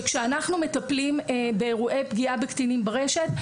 כשאנחנו מטפלים באירועי פגיעה בקטינים ברשת,